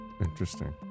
Interesting